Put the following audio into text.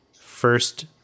first